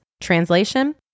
Translation